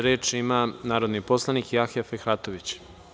Reč ima narodni poslanik Jahja Fehratović.